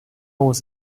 was